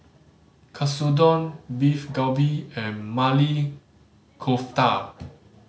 Katsudon Beef Galbi and Maili Kofta